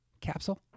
capsule